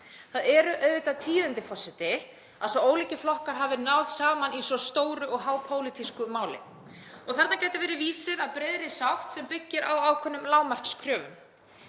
Það eru auðvitað tíðindi, forseti, að svo ólíkir flokkar hafi náð saman í svo stóru og hápólitísku máli. Þarna gæti verið vísir að breiðri sátt sem byggir á ákveðnum lágmarkskröfum.